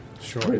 Sure